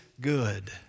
good